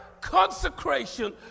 consecration